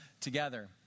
together